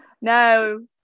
No